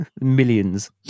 Millions